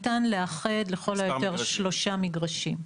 ניתן לאחד לכל היותר שלושה מגרשים,